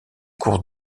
cours